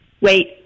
wait